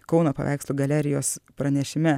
kauno paveikslų galerijos pranešime